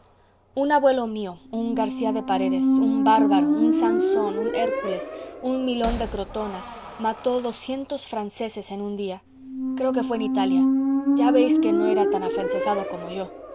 un abuelo mío un garcía de paredes un bárbaro un sansón un hércules un milón de crotona mató doscientos franceses en un día creo que fué en italia ya veis que no era tan afrancesado como yo